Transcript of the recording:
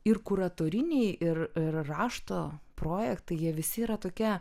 ir kuratoriniai ir ir rašto projektai jie visi yra tokie